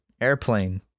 airplane